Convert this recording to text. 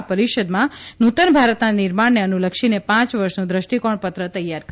આ પરિષદમાં નૂતન ભારતના નિર્માણને અનુલક્ષીને પાંચ વર્ષનું દૃષ્ટિકોણપત્ર તૈયાર કરાયું હતું